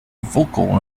vocal